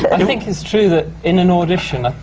i think it's true that, in an audition,